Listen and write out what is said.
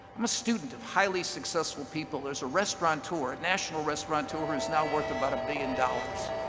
i'm a student of highly successful people. there's a restaurateur, a national restaurateur who is now worth about a billion dollars.